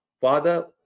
father